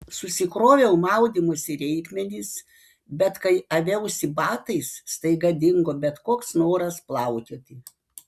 susikroviau maudymosi reikmenis bet kai aviausi batais staiga dingo bet koks noras plaukioti